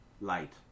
light